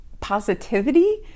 positivity